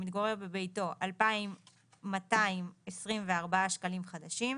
המתגורר בביתו - 2,224 שקלים חדשים.